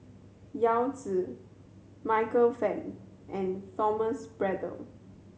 Yao Zi Michael Fam and Thomas Braddell